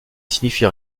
signifie